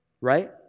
right